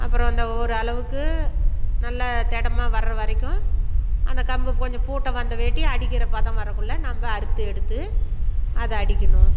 அப்புறம் அந்த ஒரளவுக்கு நல்ல திடமா வர்ற வரைக்கும் அந்த கம்பு கொஞ்சம் பூட்டை வந்த வேட்டி அடிக்கிற பதம் வர்றதுக்குள்ள நம்ம அறுத்து எடுத்து அதை அடிக்கணும்